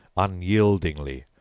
unyieldingly,